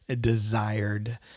desired